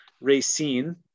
Racine